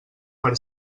per